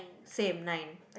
same nine